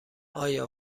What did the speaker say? آیا